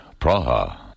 Praha